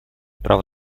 право